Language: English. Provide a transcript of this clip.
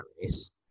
race